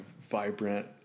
vibrant